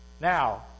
Now